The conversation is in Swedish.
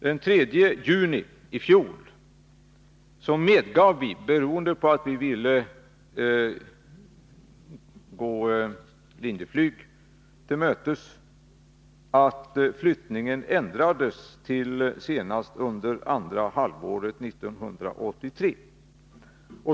Den 3 juni i fjol medgav vi en ändring — beroende på att vi ville gå Linjeflyg till mötes — nämligen att flyttningen skulle ske senast under andra halvåret 1983.